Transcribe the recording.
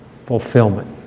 fulfillment